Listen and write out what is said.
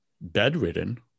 bedridden